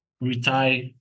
retire